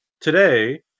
Today